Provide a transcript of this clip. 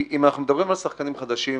אם אנחנו מדברים על שחקנים חדשים,